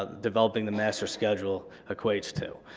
ah developing the master schedule equates to.